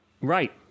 Right